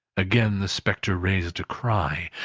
again the spectre raised a cry,